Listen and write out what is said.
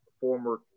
former